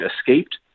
escaped